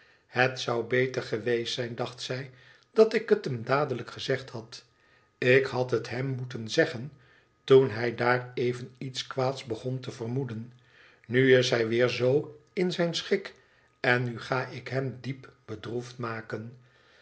het zou beter geweest zijn dacht zij dat ik het hem dadelijk gezegd had ik had het hem moeten zeggen toen hij daar even iets kwaads begon te vermoeden nu is hij weer zoo in zijn schik en nu ga ik hem diep bedroefd maken